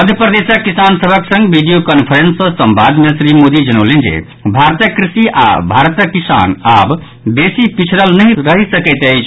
मध्य प्रदेशक किसान सभक संग वीडियो कांफ्रेंस सँ संवाद मे श्री मोदी जनौलनि जे भारतक कृषि आओर भारतक किसान आब बेसी पिछड़ल नहि रहि सकैत अछि